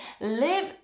live